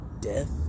death